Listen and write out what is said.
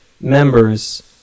members